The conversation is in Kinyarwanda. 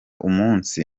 umunsi